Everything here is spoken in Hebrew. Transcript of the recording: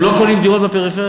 הם לא קונים דירות בפריפריה?